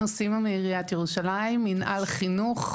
אני מעיריית ירושלים, מינהל חינוך.